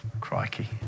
Crikey